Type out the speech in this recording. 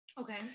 Okay